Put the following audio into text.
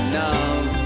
numb